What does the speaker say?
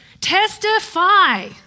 Testify